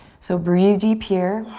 so breathe deep here.